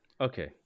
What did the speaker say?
Okay